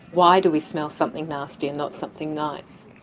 why do we smell something nasty and not something nice?